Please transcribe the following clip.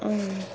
आं